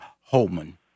Holman